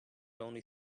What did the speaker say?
only